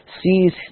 sees